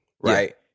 right